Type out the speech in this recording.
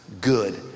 good